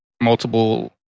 multiple